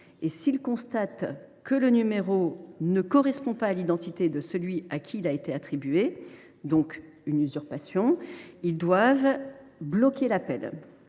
: s’ils constatent que le numéro ne correspond pas à l’identité de celui à qui il a été attribué, c’est à dire qu’il y a usurpation, ils doivent bloquer l’appel.